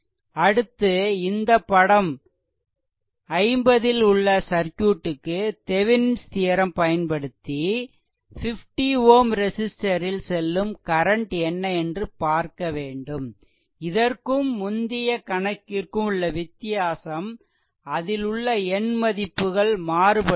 அடுத்து இந்தபடம் 50 ல் உள்ள சர்க்யூட்க்கு தெவெனின்ஸ் தியெரெம்Thevenin's theorem பயன்படுத்தி 50Ω ரெசிஸ்ட்டரில் செல்லும் கரண்ட் என்ன என்று பார்க்க வேண்டும் இதற்கும் முந்தைய கணக்கிற்கும் உள்ள வித்தியாசம் அதில் உள்ள எண் மதிப்புகள் மாறுபடுகிறது